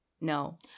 no